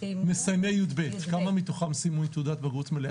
מסיימי י"ב כמה מתוכם סיימו עם תעודת בגרות מלאה?